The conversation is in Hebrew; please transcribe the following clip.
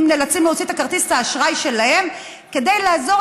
נאלצים להוציא את כרטיס האשראי שלהם כדי לעזור,